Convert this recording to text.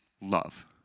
love